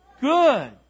Good